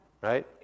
Right